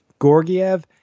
Gorgiev